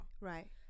right